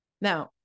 Now